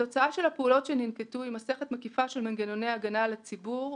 התוצאה של הפעולות שננקטו היא מסכת מקיפה של מנגנוני הגנה על הציבור,